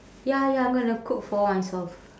ya ya I'm gonna cook for myself